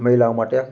મહિલાઓ માટે